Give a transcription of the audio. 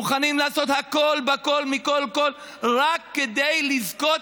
מוכנים לעשות הכול בכול מכול כול רק כדי לזכות